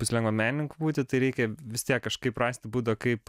bus lengva menininku būti tai reikia vis tiek kažkaip rasti būdą kaip